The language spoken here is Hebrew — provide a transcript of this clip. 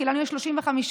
כי לנו יש 35 מנדטים,